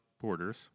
Borders